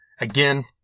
again